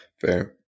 Fair